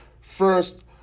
first